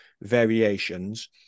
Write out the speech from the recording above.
variations